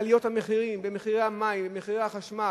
אם בעליות המחירים, במחירי המים, במחירי החשמל.